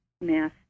mass